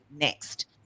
next